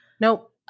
nope